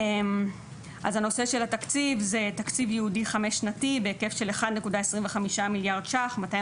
אז הנושא של התקציב זה תקציב ייעודי חמש שנתי בהיקף של 1.25 מיליארד ₪,